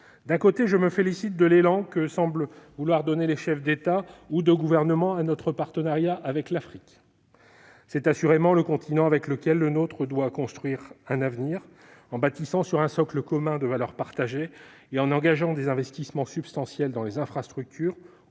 D'un côté, je me félicite de l'élan que semblent vouloir donner les chefs d'État ou de gouvernement à notre partenariat avec l'Afrique : c'est assurément le continent avec lequel l'Europe doit construire un avenir, en bâtissant sur un socle commun de valeurs partagées et en engageant des investissements substantiels dans les infrastructures,